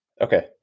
Okay